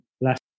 last